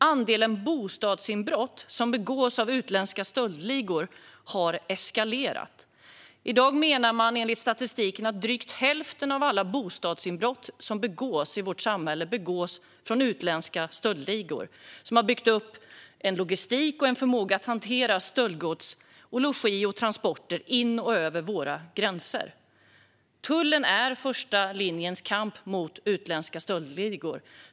Andelen bostadsinbrott som begås av utländska stöldligor har eskalerat. Enligt statistiken begås i dag drygt hälften av alla bostadsinbrott av utländska stöldligor som har byggt upp en logistik och en förmåga att hantera stöldgods, logi och transporter över våra gränser. Tullen är första linjens kamp mot utländska stöldligor.